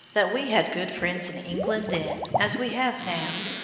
that we had good friends in england then as we have now.